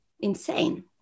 insane